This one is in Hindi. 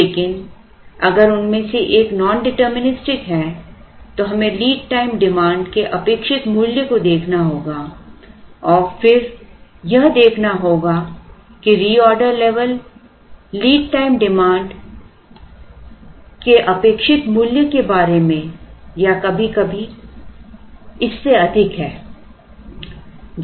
लेकिन अगर उनमें से एक नॉनडिटरमिनिस्टिक है तो हमें लीड टाइम डिमांड के अपेक्षित मूल्य को देखना होगा और फिर यह देखना होगा कि reorder level lead time demand के अपेक्षित मूल्य के बारे में है या कभी कभी इससे अधिक है